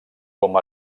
com